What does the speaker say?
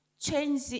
change